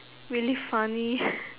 really funny